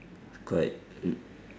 quite